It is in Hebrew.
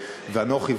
אנוכי,